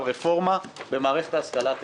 על רפורמה במערכת ההשכלה הטכנולוגית.